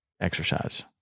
exercise